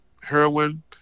heroin